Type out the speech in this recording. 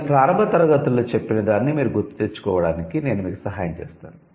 నేను ప్రారంభ తరగతులలో చెప్పిన దానిని మీరు గుర్తుకు తెచ్చుకోవడానికి నేను మీకు సహాయం చేస్తాను